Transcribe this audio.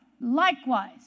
likewise